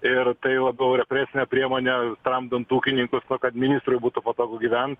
ir tai labiau represinė priemonė tramdant ūkininkus kad ministrui būtų patogu gyvent